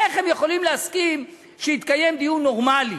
איך הם יכולים להסכים שיתקיים דיון נורמלי